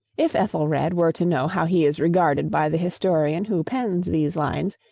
if ethelred were to know how he is regarded by the historian who pens these lines,